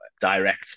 direct